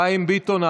חיים ביטון,